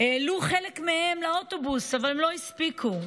העלו חלק מהן על האוטובוס, אבל הן לא הספיקו.